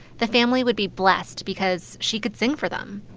the family would be blessed because she could sing for them.